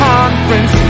Conference